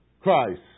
Christ